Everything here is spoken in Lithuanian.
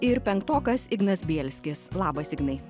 ir penktokas ignas bielskis labas ignai